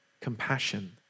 compassion